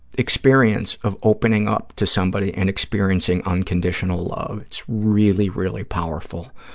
experience of opening up to somebody and experiencing unconditional love. it's really, really powerful.